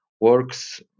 works